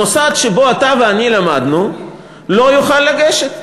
המוסד שבו אתה ואני למדנו לא יוכל לגשת.